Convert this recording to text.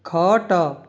ଖଟ